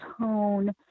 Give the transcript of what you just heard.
tone